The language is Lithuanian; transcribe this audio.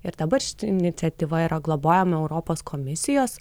ir dabar šita iniciatyva yra globojama europos komisijos